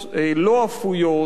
לא אפויות,